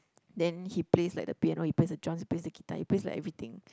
then he plays like the piano he plays the drums he plays the guitar he plays like everything